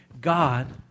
God